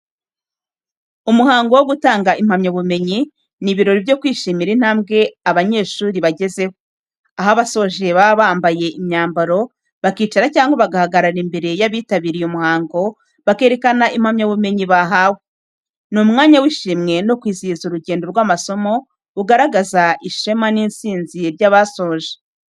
Umuhango wo gutanga impamyabumenyi; ni ibirori byo kwishimira intambwe abanyeshuri bagezeho. Aho abasoje baba bambaye imyambaro bakicara cyangwa bagahagarara imbere y'abitabiriye umuhango, bakerekana impamyabumenyi bahawe. Ni umwanya w’ishimwe no kwizihiza urugendo rw’amasomo, ugaragaza ishema n’intsinzi by’abasoje.